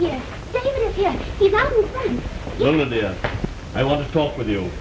yeah yeah i want to talk with you